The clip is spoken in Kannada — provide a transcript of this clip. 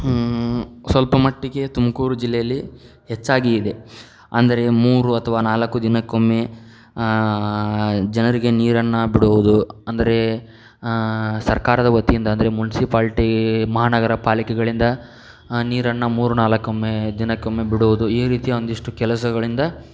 ಸ್ವಲ್ಪ ಮಟ್ಟಿಗೆ ತುಮಕೂರು ಜಿಲ್ಲೆಯಲ್ಲಿ ಹೆಚ್ಚಾಗಿ ಇದೆ ಅಂದರೆ ಮೂರು ಅಥವಾ ನಾಲ್ಕು ದಿನಕ್ಕೊಮ್ಮೆ ಜನರಿಗೆ ನೀರನ್ನು ಬಿಡುವುದು ಅಂದರೆ ಸರ್ಕಾರದ ವತಿಯಿಂದ ಅಂದರೆ ಮುನ್ಸಿಪಾಲ್ಟಿ ಮಹಾನಗರ ಪಾಲಿಕೆಗಳಿಂದ ನೀರನ್ನು ಮೂರು ನಾಲ್ಕೊಮ್ಮೆ ದಿನಕ್ಕೊಮ್ಮೆ ಬಿಡುವುದು ಈ ರೀತಿಯ ಒಂದಿಷ್ಟು ಕೆಲಸಗಳಿಂದ